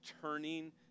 turning